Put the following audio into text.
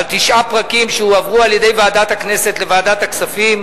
על תשעה פרקים שהועברו על-ידי ועדת הכנסת לוועדת הכספים.